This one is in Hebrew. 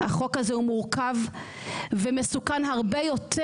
החוק הזה הוא מורכב ומסוכן הרבה יותר